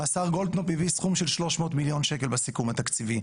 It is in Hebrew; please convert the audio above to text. השר גולדקנופף הביא 300 מיליון שקלים בסיכום התקציבי.